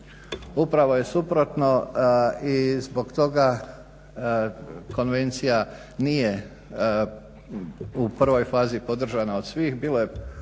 upravo je suprotno i zbog toga konvencija nije u prvoj faza podržana od svih,